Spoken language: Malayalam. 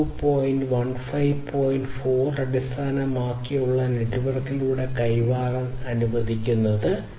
4 അടിസ്ഥാനമാക്കിയുള്ള നെറ്റ്വർക്കുകളിലൂടെ കൈമാറാൻ അനുവദിക്കുന്നതിന്